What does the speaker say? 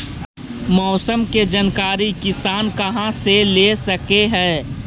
मौसम के जानकारी किसान कहा से ले सकै है?